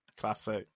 Classic